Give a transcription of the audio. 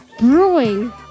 brewing